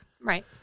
Right